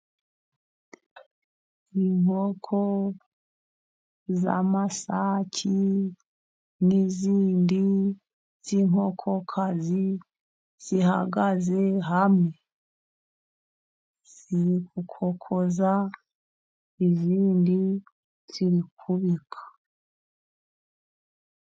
Inkoko z'amasake n'izindi z'inkokokazi , zihagaze hamwe ziri gukokoza izindi ziri kubika.